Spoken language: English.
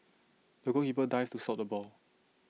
the goalkeeper dived to stop the ball